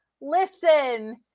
listen